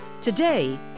Today